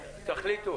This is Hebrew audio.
בבקשה.